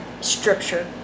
scripture